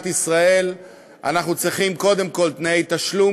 ישראל אנחנו צריכים קודם כול תנאי תשלום,